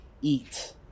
eat